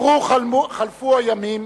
עברו-חלפו הימים